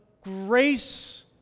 grace